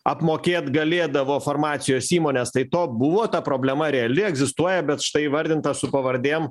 apmokėt galėdavo farmacijos įmonės tai to buvo ta problema reali egzistuoja bet štai įvardinta su pavardėm